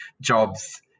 jobs